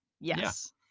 Yes